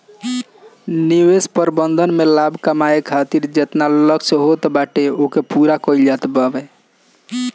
निवेश प्रबंधन में लाभ कमाए खातिर जेतना लक्ष्य होत बाटे ओके पूरा कईल जात हवे